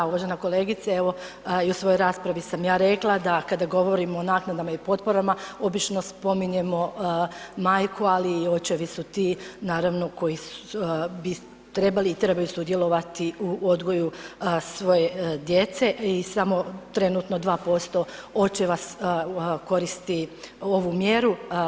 Da, uvažena kolegice evo i u svojoj raspravi sam ja rekla da kada govorimo o naknadama i potporama obično spominjemo majku, ali i očevi su ti naravno koji bi trebali i trebaju sudjelovati u odgoju svoje djece i samo trenutno 2% očeva koristi ovu mjeru.